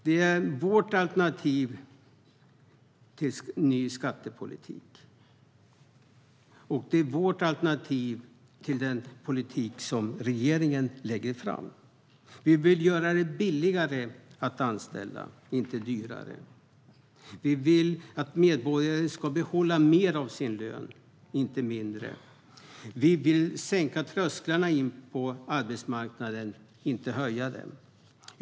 Detta är vårt alternativ till en ny skattepolitik, och det är vårt alternativ till den politik som regeringen lägger fram. Vi vill göra det billigare att anställa, inte dyrare. Vi vill att medborgare ska behålla mer av sin lön, inte mindre. Vi vill sänka trösklarna in på arbetsmarknaden, inte höja dem.